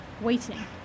waiting